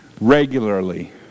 regularly